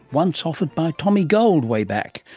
once offered by tommy gold, way back,